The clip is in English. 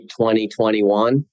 2021